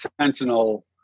Sentinel